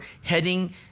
heading